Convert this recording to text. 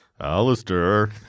Alistair